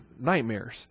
nightmares